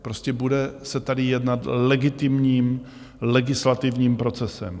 Prostě bude se tady jednat legitimním legislativním procesem.